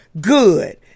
good